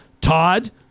Todd